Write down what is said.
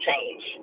change